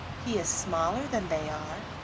he is smaller than they are,